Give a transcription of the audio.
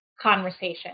conversation